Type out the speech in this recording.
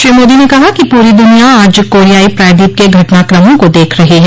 श्री मोदी ने कहा कि पूरी दुनिया आज कोरियाई प्रायद्वीप के घटनाक्रमों को देख रही है